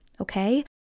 okay